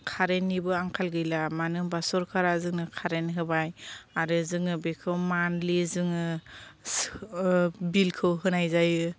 कारेन्टनिबो आंखाल गैला मानो होनब्ला सरखारा जोंनो कारेन्ट होबाय आरो जोङो बेखौ मान्थलि जोङो बिलखौ होनाय जायो